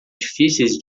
difíceis